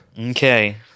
Okay